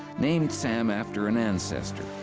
named sam after an ancestor,